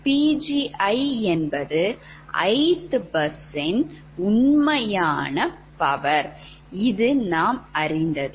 Pgi என்பது ith bus ன் உண்மையான power இது நாம் அறிந்ததே